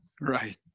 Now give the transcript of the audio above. right